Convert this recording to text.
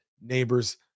neighbors